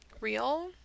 real